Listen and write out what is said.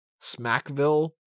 Smackville